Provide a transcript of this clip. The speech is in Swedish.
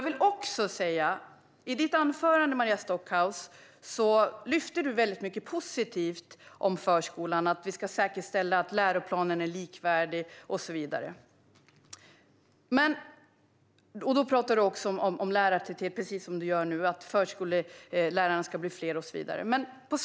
I ditt huvudanförande, Maria Stockhaus, lyfte du fram väldigt mycket positivt om förskolan. Du talade om att säkerställa att läroplanen är likvärdig. Du pratade om lärartäthet, precis som du gör nu, om att förskollärarna ska bli fler och så vidare.